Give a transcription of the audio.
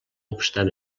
obstant